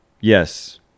yes